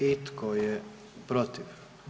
I tko je protiv?